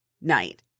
night